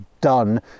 done